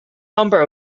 number